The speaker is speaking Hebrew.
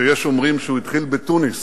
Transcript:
שיש אומרים שהוא התחיל בתוניס.